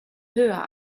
höher